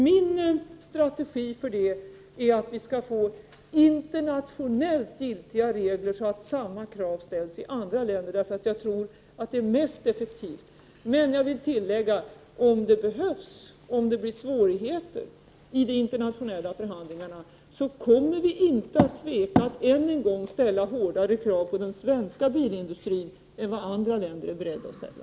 Min strategi för det är att få till stånd internationellt giltiga regler, så att samma krav ställs i andra länder, vilket är mest effektivt. Jag vill tillägga att vi om det behövs, dvs. om det blir svårigheter i de internationella förhandlingarna, inte kommer att tveka att än en gång ställa hårdare krav på den svenska bilindustrin än vad andra länder är beredda att göra.